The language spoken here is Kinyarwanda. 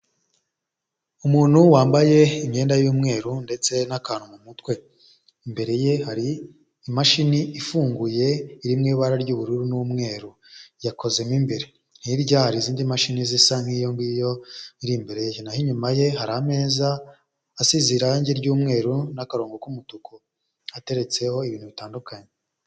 Umuntu wambaye imyenda y'umweru ndetse n'akantu mu mutwe, imbere ye hari imashini ifunguye iri mu ibara ry'ubururu n'umweru yakozemo imbere, hirya hari izindi mashini zisa nk'iyo ngiyo iri imbere ye, naho inyuma ye hari ameza asize irangi ry'umweru n'akarongo k'umutuku ateretseho ibintu bitandukanye.